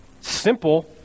Simple